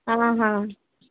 ହଁ ହଁ